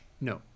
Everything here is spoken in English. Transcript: no